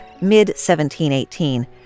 mid-1718